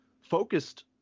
focused